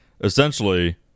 Essentially